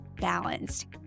balanced